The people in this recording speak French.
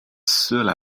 seule